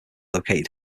located